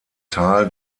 tal